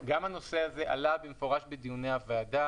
גם הנושא הזה עלה במפורש בדיוני הוועדה